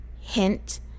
Hint